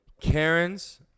Karen's